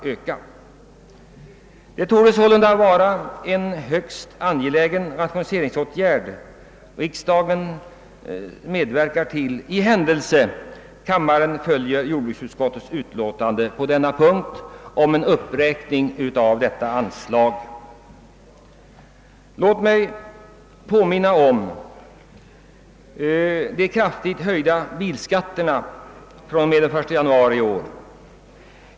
Riksdagen medverkar därför till en avsevärd rationalisering om den godkänner jordbruksutskottets hemställan på denna punkt om en uppräkning av anslaget. Låt mig påminna om de från och med den 1 januari i år kraftigt höjda bil skatterna.